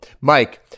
Mike